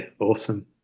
awesome